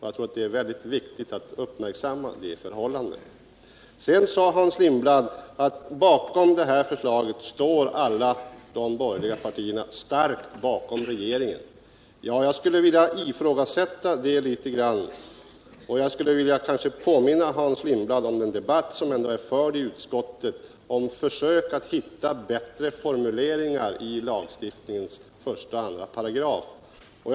Jag tror att det är mycket viktigt att uppmärksamma det förhållandet. Sedan sade Hans Lindblad att när det gäller det här förslaget står alla de borgerliga partierna bakom regeringen. Jag skulle vilja ifrågasätta det litet grand och påminna Hans Lindblad om en debatt som fördes i utskottet om försök att hitta bättre formuleringar av 1 § och 25 i denna lag.